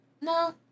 No